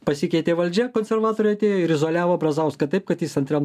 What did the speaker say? pasikeitė valdžia konservatoriai atėjo ir izoliavo brazauską taip kad jis antram